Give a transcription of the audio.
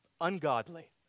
ungodly